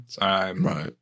Right